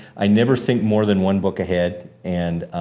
i never think more than one book ahead. and